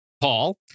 Paul